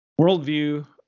worldview